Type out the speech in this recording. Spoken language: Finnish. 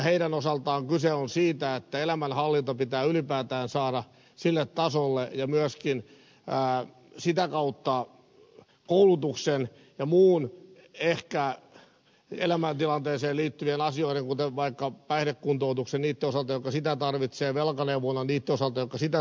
heidän osaltaan kyse on siitä että elämänhallinta pitää ylipäätään saada oikealle tasolle ja myöskin sitä kautta koulutus ja ehkä muiden elämäntilanteeseen liittyvien asioiden hoito kuten vaikka päihdekuntoutus niitten osalta jotka sitä tarvitsevat velkaneuvonta niitten osalta jotka sitä tarvitsevat